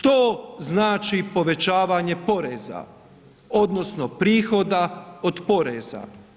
To znači povećavanje poreza odnosno prihoda od poreza.